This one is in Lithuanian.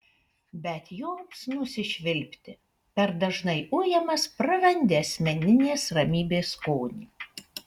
bet joms nusišvilpti per dažnai ujamas prarandi asmeninės ramybės skonį